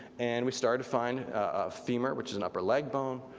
and we started to find a femur, which is an upper leg bone.